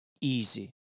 easy